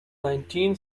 nineteen